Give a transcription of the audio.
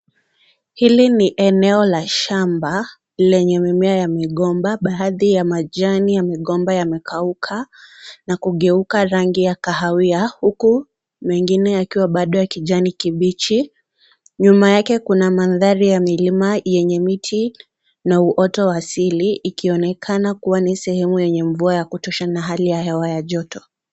Hili ni eneo la shamba lenye mimea ya migonba. Baadhi ya majani ya migomba yamekauka na kugeuka rangi ya kahawia huku mengine yakiwa bado ya kijani kibichi. Nyuma yake kuna mandhari ya nyuma yenye miti na uoto wa asili ikionekana kuwa nisehemu yenye mvua ya kutosha na hali ya hewa ya joto.